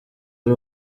ari